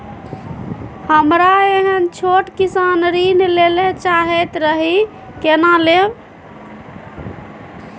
हमरा एहन छोट किसान ऋण लैले चाहैत रहि केना लेब?